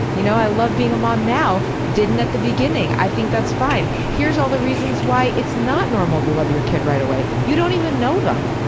you know i love being a mom now, didn't at the beginning, i think that's fine. here's all the reasons why it's not normal to love your kid right away. you don't even know them,